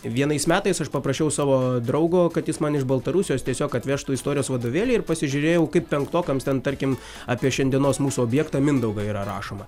vienais metais aš paprašiau savo draugo kad jis man iš baltarusijos tiesiog atvežtų istorijos vadovėlį ir pasižiūrėjau kaip penktokams ten tarkim apie šiandienos mūsų objektą mindaugą yra rašoma